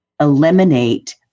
eliminate